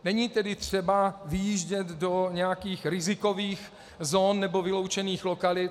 Není tedy třeba vyjíždět do nějakých rizikových zón nebo vyloučených lokalit.